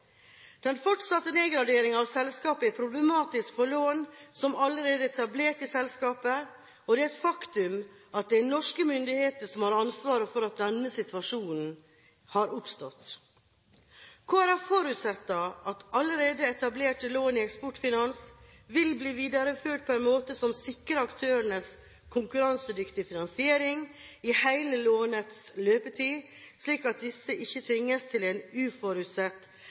Den fortsatte nedgraderingen av selskapet er problematisk for lån som allerede er etablert i selskapet, og det er et faktum at det er norske myndigheter som har ansvaret for at denne situasjonen har oppstått. Kristelig Folkeparti forutsetter at allerede etablerte lån i Eksportfinans vil bli videreført på en måte som sikrer aktørene konkurransedyktig finansiering i hele lånets løpetid, slik at disse ikke tvinges til en uforutsett